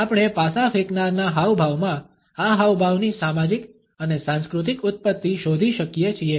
આપણે પાસા ફેંકનારના હાવભાવમાં આ હાવભાવની સામાજિક અને સાંસ્કૃતિક ઉત્પત્તિ શોધી શકીએ છીએ